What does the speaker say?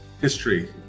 history